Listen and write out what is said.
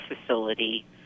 facility